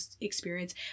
experience